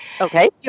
Okay